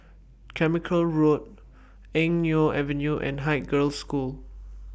Carmichael Road Eng Neo Avenue and Haig Girls' School